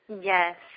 Yes